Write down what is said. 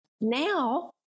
now